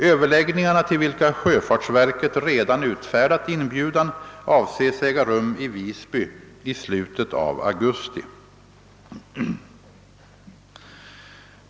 Överläggningarna, till vilka sjöfartsverket redan utfärdat inbjudan, avses äga rum i Visby i slutet av augusti.